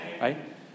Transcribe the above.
Right